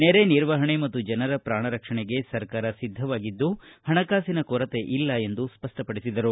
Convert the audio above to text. ನೆರೆ ನಿರ್ವಹಣೆ ಮತ್ತು ಜನರ ಪ್ರಾಣ ರಕ್ಷಣೆಗೆ ಸರ್ಕಾರ ಸಿದ್ಧವಾಗಿದ್ದು ಹಣಕಾಸಿನ ಕೊರತೆ ಇಲ್ಲ ಎಂದು ಸ್ಪಷ್ಟಪಡಿಸಿದರು